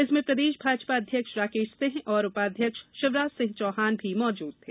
इसमें प्रदेश भाजपा अध्यक्ष राकेश सिंह और उपाध्यक्ष शिवराज सिंह चौहान भी मौजूद थे